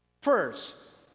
First